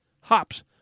hops